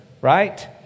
Right